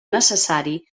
necessari